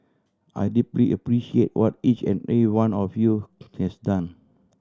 I deeply appreciate what each and every one of you has done